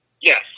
Yes